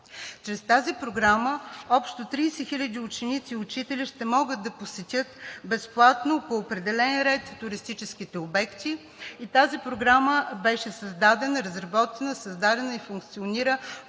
Чрез тази програма общо 30 хиляди ученици и учители ще могат да посетят безплатно по определен ред туристическите обекти и тази програма беше разработена, създадена и функционира